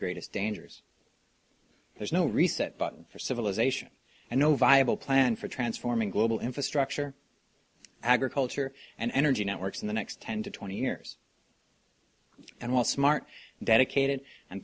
greatest dangers there's no reset button for civilization and no viable plan for transforming global infrastructure agriculture and energy networks in the next ten to twenty years and while smart dedicated and